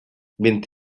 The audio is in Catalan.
vint